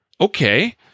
Okay